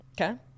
Okay